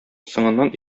соңыннан